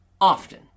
often